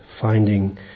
finding